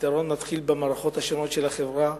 הפתרון מתחיל במערכות השונות של החברה,